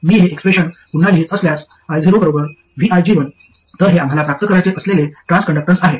मी हे एक्सप्रेशन पुन्हा लिहीत असल्यास ioviG1 तर हे आम्हाला प्राप्त करायचे असलेले ट्रान्सकंडक्ट्रन्स आहे